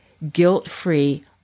guilt-free